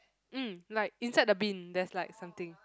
mm like inside the bin there is like something